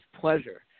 pleasure